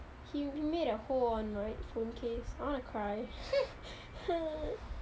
he made a hole on my phone case I wanna cry